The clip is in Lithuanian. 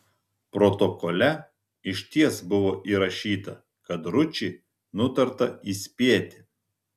protokole išties buvo įrašyta kad ručį nutarta įspėti